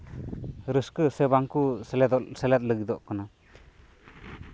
ᱨᱟᱹᱥᱠᱟᱹ ᱥᱮ ᱵᱟᱝ ᱠᱚ ᱥᱮᱞᱮᱫ ᱞᱟᱹᱜᱤᱫᱚᱜ ᱠᱟᱱᱟ